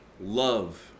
love